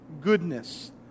goodness